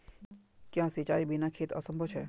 क्याँ सिंचाईर बिना खेत असंभव छै?